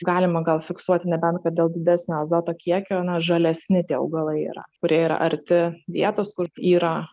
galima gal fiksuoti nebent dėl didesnio azoto kiekio na žalesni tie augalai yra kurie yra arti vietos kur yra